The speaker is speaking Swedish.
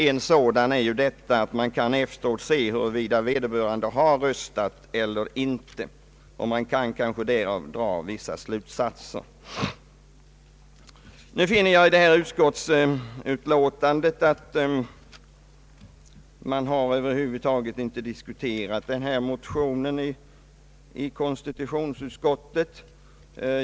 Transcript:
En sådan är, att man efteråt kan se huruvida vederbörande har röstat eller inte och kanske därav dra vissa slutsatser. Nu finner jag i utskottsutlåtandet att man över huvud taget inte har diskuterat den här motionen i konstitutionsutskottet.